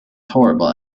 horrible